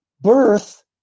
birth